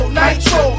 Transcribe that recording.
nitro